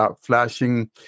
flashing